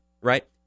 right